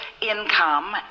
income